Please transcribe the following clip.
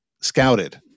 scouted